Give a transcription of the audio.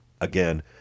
Again